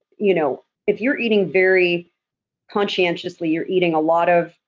you know if you're eating very conscientiously, you're eating a lot of,